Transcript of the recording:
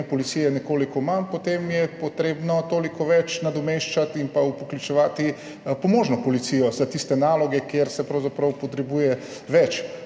policije nekoliko manj, potem je treba toliko več nadomeščati in vključevati pomožno policijo za tiste naloge, kjer se pravzaprav potrebuje več